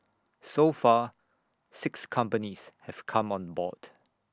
so far six companies have come on board